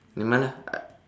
nevermind lah I